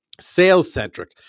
sales-centric